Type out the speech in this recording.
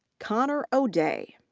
connor o'day.